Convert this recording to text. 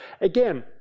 Again